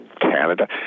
Canada